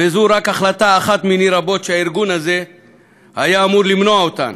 וזו רק החלטה אחת מני רבות שהארגון הזה היה אמור למנוע אותן,